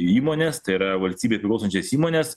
įmones tai yra valstybei priklausančias įmones